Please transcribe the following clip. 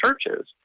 churches